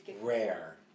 rare